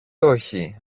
όχι